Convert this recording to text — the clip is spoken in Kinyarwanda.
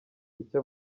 icyo